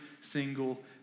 single